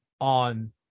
on